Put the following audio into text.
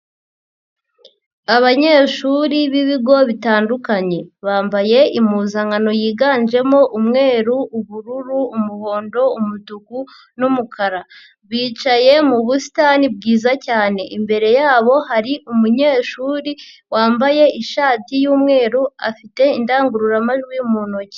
Abanyeshuri b'ibigo bitandukanye, bambaye impuzankano yiganjemo umweru, ubururu, umuhondo, umutuku n'umukara, bicaye mu busitani bwiza cyane, imbere yabo hari umunyeshuri wambaye ishati y'umweru afite indangururamajwi mu ntoki.